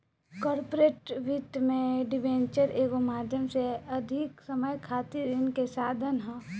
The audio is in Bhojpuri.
कॉर्पोरेट वित्त में डिबेंचर एगो माध्यम से अधिक समय खातिर ऋण के साधन ह